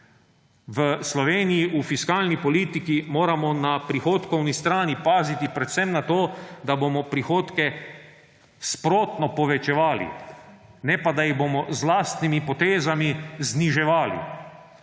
V Sloveniji v fiskalni politiki moramo na prihodkovni strani paziti predvsem na to, da bomo prihodke sprotno povečevali, ne pa, da jih bomo z lastnimi potezami zniževali.